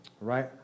Right